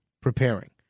preparing